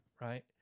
right